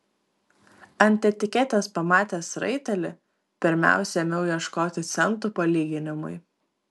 ant etiketės pamatęs raitelį pirmiausia ėmiau ieškoti centų palyginimui